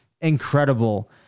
incredible